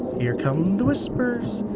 here come the whispers,